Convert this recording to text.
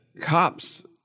cops